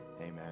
Amen